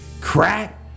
crack